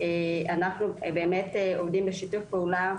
אנחנו באמת עובדים בשיתוף פעולה